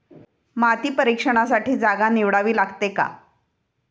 माती परीक्षणासाठी जागा निवडावी लागते का?